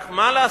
רק מה לעשות?